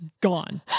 gone